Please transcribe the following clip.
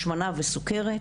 השמנה וסוכרת,